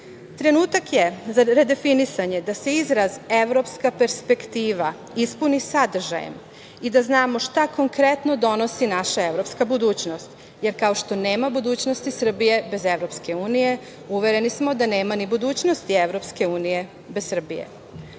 Evrope. Trenutak je za redefinisanje da se izraz „evropska perspektiva“ ispuni sadržajem i da znamo šta konkretno donosi naša evropska budućnost, jer kao što nema budućnosti Srbije bez EU, uvereni smo da nema ni budućnosti EU bez Srbije.U